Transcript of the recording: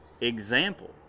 example